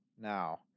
now